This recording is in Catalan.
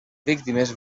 víctimes